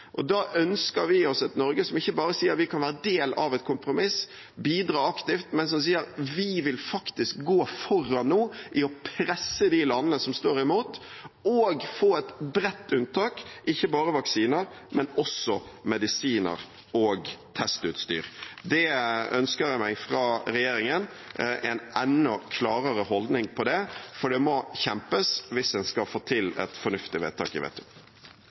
Da ønsker vi oss et Norge som ikke bare sier at vi kan være en del av et kompromiss og bidra aktivt, men som sier at vi faktisk nå vil gå foran i å presse de landene som står imot, og få et bredt unntak, ikke bare for vaksiner, men også for medisiner og testutstyr. Jeg ønsker meg fra regjeringen en enda klarere holdning om dette, for det må kjempes, hvis man skal få til et fornuftig vedtak